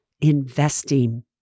investing